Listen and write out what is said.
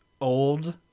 old